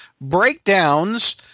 Breakdowns